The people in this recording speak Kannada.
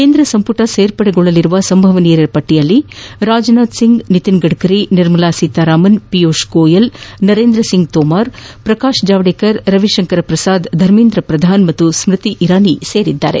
ಕೇಂದ್ರ ಸಂಪುಟ ಸೇರ್ಪಡೆಗೊಳ್ಳಲಿರುವ ಸಂಭವನೀಯರ ಪಟ್ಟಿಯಲ್ಲಿ ರಾಜನಾಥ್ ಸಿಂಗ್ ನಿತಿನ್ ಗಡ್ಕರಿ ನಿರ್ಮಲಾ ಸೀತಾರಾಮನ್ ಪಿಯೂಷ್ ಗೋಯಲ್ ನರೇಂದ್ರ ಸಿಂಗ್ ತೋಮರ್ ಪ್ರಕಾಶ್ ಜಾವಡ್ಕೇರ್ ರವಿ ಶಂಕರ್ ಪ್ರಸಾದ್ ಧರ್ಮೇಂದ್ರ ಪ್ರಧಾನ್ ಮತ್ತು ಸ್ಮತಿ ಇರಾನಿ ಸೇರಿದ್ದಾರೆ